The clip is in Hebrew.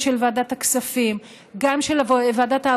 גם של ועדת הכספים,